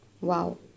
Wow